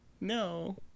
No